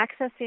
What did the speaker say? accessing